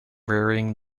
rearing